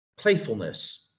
playfulness